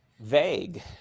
vague